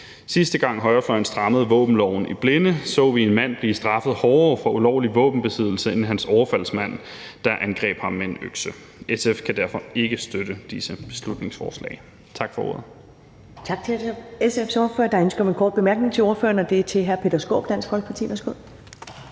Sidste gang højrefløjen strammede våbenloven i blinde, så vi en mand blive straffet hårdere for ulovlig våbenbesiddelse end hans overfaldsmand, der angreb ham med en økse. SF kan derfor ikke støtte disse beslutningsforslag.